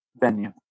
venue